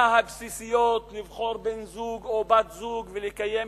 הבסיסיות לבחור בן-זוג או בת-זוג ולקיים